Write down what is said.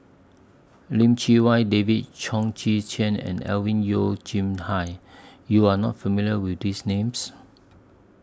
Lim Chee Wai David Chong Tze Chien and Alvin Yeo Hai YOU Are not familiar with These Names